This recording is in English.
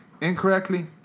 incorrectly